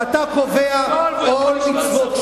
כשאתה קובע עול מצוות,